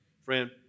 friend